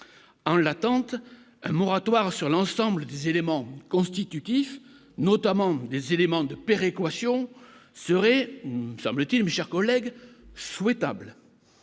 en l'attente un moratoire sur l'ensemble des éléments constitutifs notamment des éléments de péréquation serait semble-t-il mais chers collègues souhaitables,